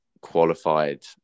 qualified